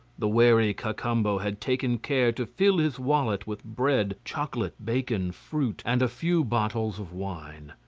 the wary cacambo had taken care to fill his wallet with bread, chocolate, bacon, fruit, and a few bottles of wine.